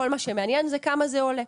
כל מה שמעניין זה כמה זה עולה,